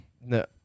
No